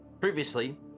Previously